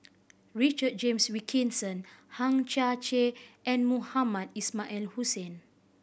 Richard James Wilkinson Hang Chang Chieh and Mohamed Ismail Hussain